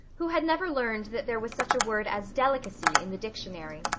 who had never learned that there was such a word as delicacy in the dictionary.